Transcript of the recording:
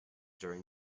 during